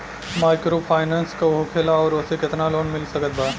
Microfinance का होखेला और ओसे केतना लोन मिल सकत बा?